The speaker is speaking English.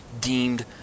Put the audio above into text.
deemed